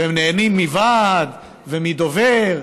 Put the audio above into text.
והם נהנים מוועד ומדובר,